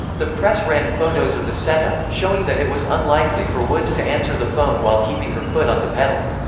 the press ran photos of the set-up, showing that it was unlikely for woods to answer the phone while keeping her foot on the pedal.